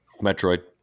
Metroid